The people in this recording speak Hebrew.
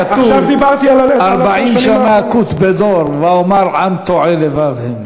כתוב: "ארבעים שנה אקוּט בְּדור ואומר עם תֹעי לבב הם".